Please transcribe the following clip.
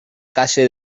calle